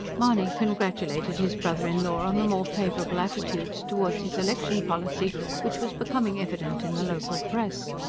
mahony congratulated his brother-in-law on the more favourable attitude towards his election policy which was becoming evident in the local press.